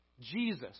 Jesus